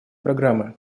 программы